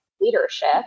leadership